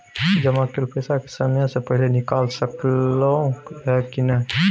जमा कैल पैसा के समय से पहिले निकाल सकलौं ह की नय?